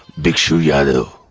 bhikshu yadav!